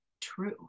true